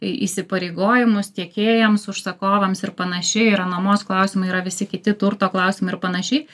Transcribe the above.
į įsipareigojimus tiekėjams užsakovams ir panašiai yra nuomos klausimai yra visi kiti turto klausimai ir panašiai